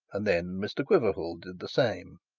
and then mr quiverful did the same.